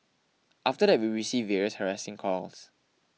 after that we received various harassing calls